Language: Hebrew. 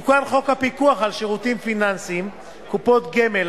תוקן חוק הפיקוח על שירותים פיננסיים (קופות גמל),